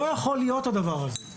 הדבר הזה לא יכול להיות .